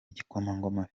igikomangoma